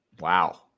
wow